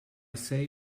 say